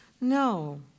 No